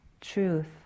truth